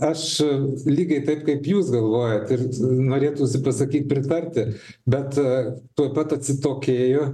aš lygiai taip kaip jūs galvojat ir norėtųsi pasakyt pritarti bet tuoj pat atsitokėju